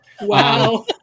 Wow